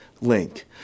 link